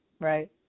right